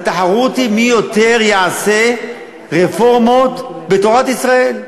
התחרות היא מי יעשה יותר רפורמות בתורת ישראל.